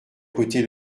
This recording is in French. côté